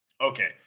okay